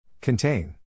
Contain